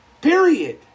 Period